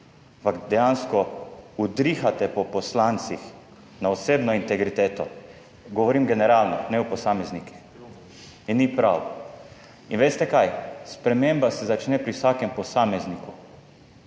dejansko udrihate po poslancih na osebno integriteto, govorim generalno, ne o posameznikih in ni prav. In veste kaj, sprememba se začne pri vsakem posamezniku.